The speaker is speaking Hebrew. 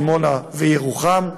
דימונה וירוחם.